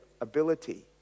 ability